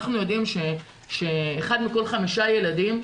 אנחנו יודעים שאחד מכל חמישה ילדים,